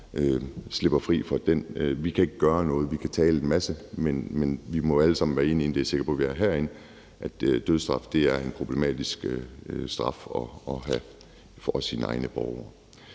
slipper fri fra det. Vi kan ikke gøre noget, vi kan tale en masse, men vi må jo alle sammen være enige i, og det er jeg sikker på at vi er herinde, at dødsstraf er en problematisk straf at have for ens egne borgere.